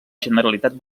generalitat